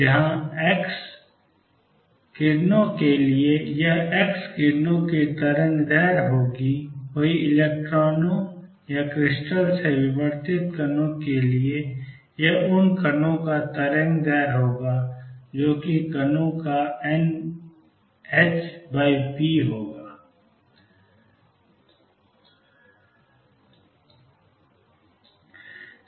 जहाँ x किरणों के लिए यह x किरणों की तरंगदैर्ध्य होगी वही इलेक्ट्रॉनों या क्रिस्टल से विवर्तित कणों के लिए यह उन कणों का तरंगदैर्ध्य होगा जो कि कणों का nhp है